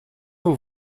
aux